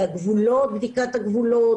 ובדיקת הגבולות